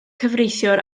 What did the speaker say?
cyfreithiwr